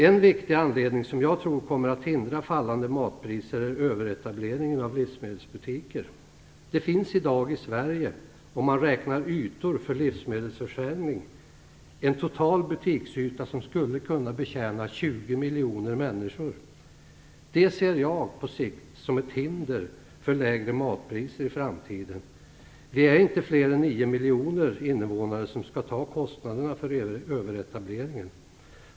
En viktig anledning som jag tror kommer att hindra fallande matpriser är överetableringen av livsmedelsbutiker. Det finns i dag i Sverige om man räknar ytor för livsmedelsförsäljning en total butiksyta som skulle kunna betjäna 20 miljoner människor. Det ser jag på sikt som ett hinder för lägre matpriser i framtiden. Vi är inte fler än 9 miljoner invånare som skall ta kostnaderna för överetableringen.